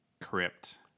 Crypt